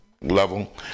level